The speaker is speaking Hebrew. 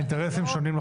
האינטרסים שונים לחלוטין.